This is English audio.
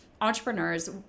entrepreneurs